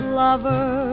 lover